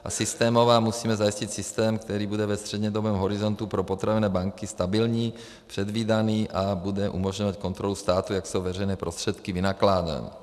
A systémová musíme zajistit systém, který bude ve střednědobém horizontu pro potravinové banky stabilní, předvídaný a bude umožňovat kontrolu státu, jak jsou veřejné prostředky vynakládány.